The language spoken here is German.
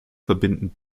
verbinden